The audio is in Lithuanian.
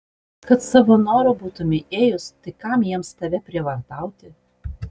kad savo noru būtumei ėjus tai kam jiems tave prievartauti